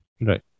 right